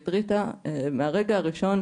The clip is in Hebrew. ריטה מהרגע הראשון